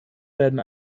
werden